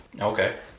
Okay